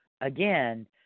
again